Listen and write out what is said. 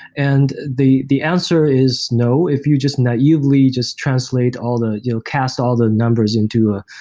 and the the answer is no. if you just naively just translate all the you know cast all the numbers into a